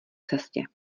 cestě